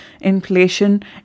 inflation